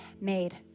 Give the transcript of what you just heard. made